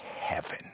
heaven